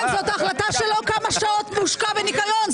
כן, זאת ההחלטה שלו כמה שעות מושקע בניקיון.